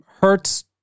Hurt's